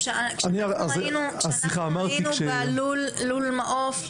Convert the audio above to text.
כשאנחנו היינו בלול מעוף,